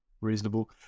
reasonable